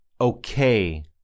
okay